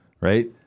right